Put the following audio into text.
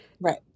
Right